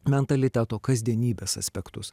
mentaliteto kasdienybės aspektus